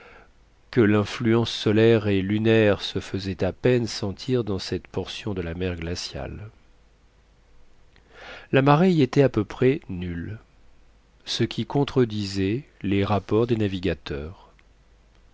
que l'influence solaire et lunaire se faisait à peine sentir dans cette portion de la mer glaciale la marée y était à peu près nulle ce qui contredisait les rapports des navigateurs